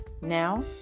Now